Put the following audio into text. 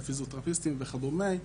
פיזיותרפיסטים וכדומה,